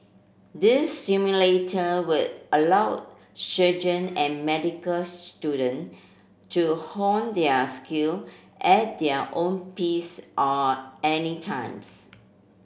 these simulator would allow surgeon and medical student to hone their skill at their own peace are any times